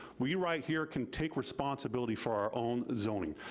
we right here can take responsibility for our own zoning.